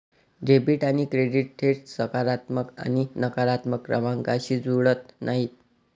debit आणि credit थेट सकारात्मक आणि नकारात्मक क्रमांकांशी जुळत नाहीत